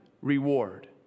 reward